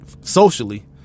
socially